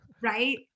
Right